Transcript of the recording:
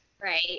Right